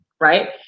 right